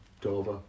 dover